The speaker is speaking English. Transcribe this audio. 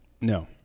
No